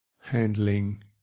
handling